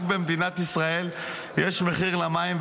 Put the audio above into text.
רק במדינת ישראל יש מחיר למים,